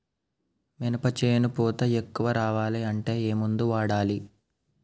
మినప చేను పూత ఎక్కువ రావాలి అంటే ఏమందు వాడాలి?